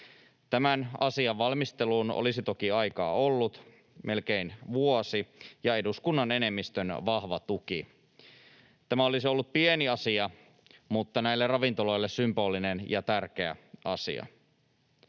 Tämän asian valmisteluun olisi toki ollut aikaa melkein vuosi ja eduskunnan enemmistön vahva tuki. Tämä olisi ollut pieni asia, mutta näille ravintoloille symbolinen ja tärkeä asia.